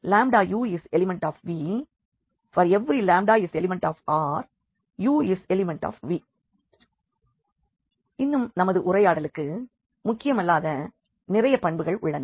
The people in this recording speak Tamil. uv∈V∀uv∈V u∈V∀λ∈Ru∈V இன்னும் நமது உரையாடலுக்கு முக்கியமல்லாத நிறைய பண்புகள் உள்ளன